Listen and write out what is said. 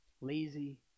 lazy